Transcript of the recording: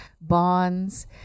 bonds